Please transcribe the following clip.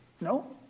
No